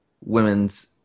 women's